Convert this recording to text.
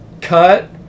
cut